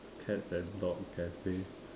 cats and dog cafe